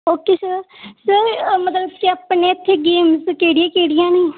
okay sir sir ਮਤਲਬ ਕਿ ਆਪਣੇ ਇੱਥੇ ਗੇਮਸ ਕਿਹੜੀਆਂ ਕਿਹੜੀਆਂ ਨੇ